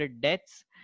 deaths